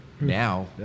now